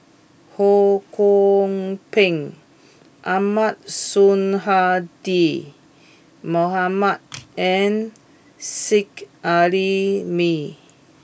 Ho Kwon Ping Ahmad Sonhadji Mohamad and Seet Ai Mee